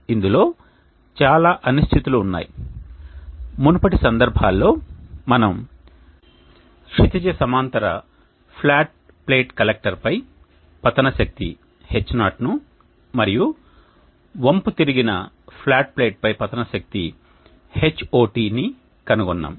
ఇందులో చాలా అనిశ్చితులు ఉన్నాయి మునుపటి సందర్భాల్లో మనము క్షితిజ సమాంతర ఫ్లాట్ ప్లేట్ కలెక్టర్పై పతన శక్తిని H0 ను మరియు వంపు తిరిగిన ఫ్లాట్ ప్లేట్ పై పతన శక్తిని Hot ను కనుగొన్నాము